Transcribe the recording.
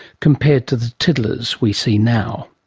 compared to the tiddlers we see now.